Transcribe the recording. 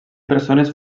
persones